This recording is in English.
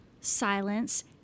silence